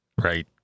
Right